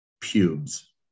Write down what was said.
pubes